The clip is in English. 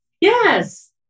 yes